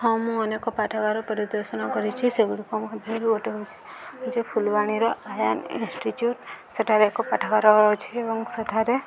ହଁ ମୁଁ ଅନେକ ପାଠାଗାର ପରିଦର୍ଶନ କରିଛି ସେଗୁଡ଼ିକ ମଧ୍ୟରୁ ଗୋଟେ ହେଉଛି ଯେଉଁ ଫୁଲବାଣୀର ଆୟାନ ଇନଷ୍ଟିଚ୍ୟୁଟ ସେଠାରେ ଏକ ପାଠାଗାର ଅଛି ଏବଂ ସେଠାରେ